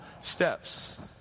steps